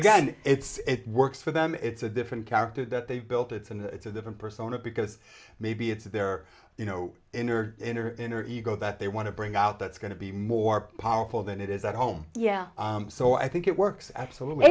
and it's works for them it's a different character that they've built it's and it's a different persona because maybe it's their you know inner inner in or ego that they want to bring out that's going to be more powerful than it is at home yeah so i think it works absolutely